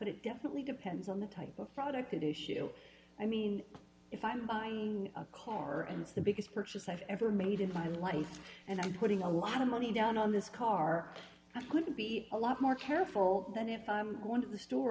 definitely depends on the type of product that issue i mean if i'm buying a car and it's the biggest purchase i've ever made in my life and i'm putting a lot of money down on this car i'm going to be a lot more careful that if i'm going to the store